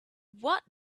what